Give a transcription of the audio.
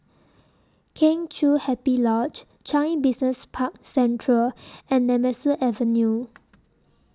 Kheng Chiu Happy Lodge Changi Business Park Central and Nemesu Avenue